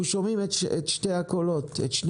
אנחנו שומעים את שני הקולות